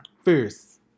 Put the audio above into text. first